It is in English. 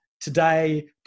today